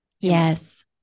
Yes